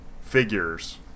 figures